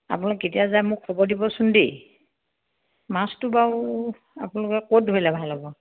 আপোনালোক কেতিয়া যায় মোক খবৰ দিবচোন দেই মাছটো বাৰু আপোনালোকে ক'ত ধৰিলে ভাল হ'ব